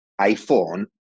iPhone